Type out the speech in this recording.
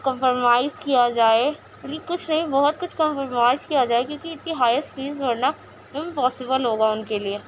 compromise کیا جائے کچھ نہیں بہت کچھ کمپرمائیز کیا جائے کیوںکہ اتتی ہائیسٹ فیس بھرنا امپوسیبل ہوگا اُن کے لیے